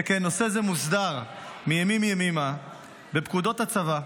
שכן נושא זה מוסדר מימים-ימימה בפקודות הצבא,